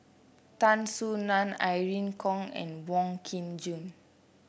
Tan Soo Nan Irene Khong and Wong Kin Jong